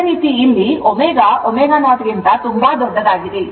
ಅದೇ ರೀತಿ ಇಲ್ಲಿ ω ω0 ಗಿಂತ ತುಂಬಾ ದೊಡ್ಡದಾಗಿದೆ